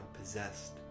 possessed